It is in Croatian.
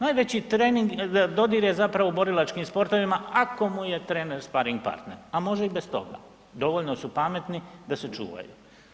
Najveći trening, dodir je zapravo u borilačkim sportovima ako mu je trener sparing partner, a može i bez toga, dovoljno su pametni da se čuvaju.